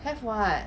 have [what]